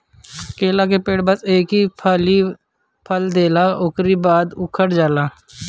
केला के पेड़ बस एक हाली फल देला उकरी बाद इ उकठ जाला